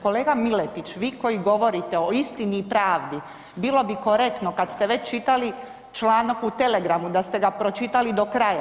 Kolega Miletić, vi koji govorite o istini i pravdi, bilo bi korektno, kad ste već čitali članak u Telegramu, da ste ga pročitali do kraja.